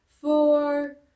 four